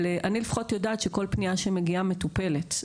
אבל אני לפחות יודעת שכל פניה שמגיעה מטופלת.